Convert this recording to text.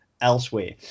elsewhere